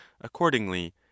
accordingly